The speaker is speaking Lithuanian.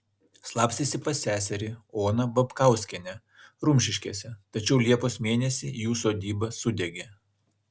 slapstėsi pas seserį oną babkauskienę rumšiškėse tačiau liepos mėnesį jų sodyba sudegė